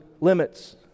limits